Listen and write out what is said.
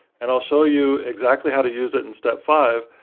and i'll show you exactly how to use it in step five,